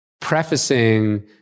prefacing